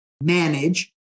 manage